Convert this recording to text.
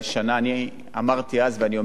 אני אמרתי אז ואני אומר היום: